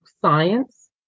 science